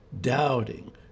doubting